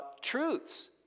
truths